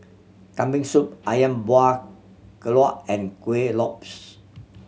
Kambing Soup Ayam Buah Keluak and Kuih Lopes